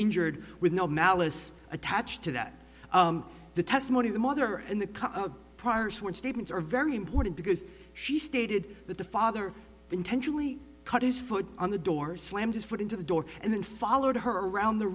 injured with no malice attached to that the testimony of the mother and the car prior sworn statements are very important because she stated that the father intentionally cut his foot on the door slammed his foot into the door and then followed her around the